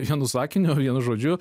vienu sakiniu vienu žodžiu